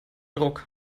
ruck